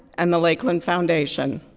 and the lakeland foundation.